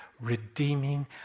redeeming